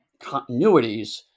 continuities